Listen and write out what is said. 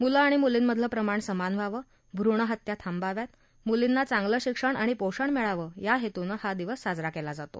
मुलं आणि मुलींमधलं प्रमाण सामान व्हावं भ्रूणहत्या थांबाव्यात मुलींना चांगलं शिक्षण आणि पोषण मिळावं या हेतूनं हा दिवस साजरा केला जातो